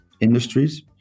industries